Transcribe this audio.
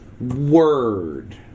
word